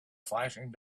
flashing